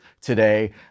today